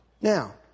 Now